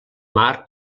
mar